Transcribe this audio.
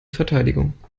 verteidigung